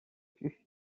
plus